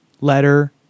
letter